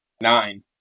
Nine